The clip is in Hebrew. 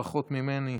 ברכות ממני.